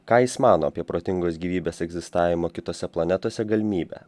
ką jis mano apie protingos gyvybės egzistavimo kitose planetose galimybę